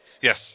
yes